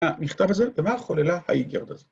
‫המכתב הזה? ‫מה חוללה האיגרת הזאת?